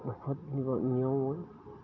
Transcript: ঔষধ নিব নিওঁ মই